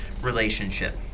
relationship